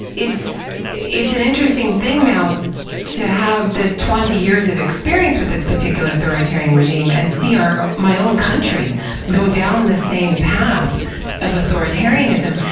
it's it's an interesting thing now to have this twenty years of experience with this particular authoritarian regime, and see my own country go down the same path of authoritarianism,